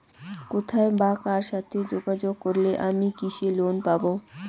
কোথায় বা কার সাথে যোগাযোগ করলে আমি কৃষি লোন পাব?